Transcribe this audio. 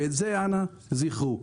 אנא, זכרו זאת.